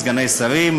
סגני שרים,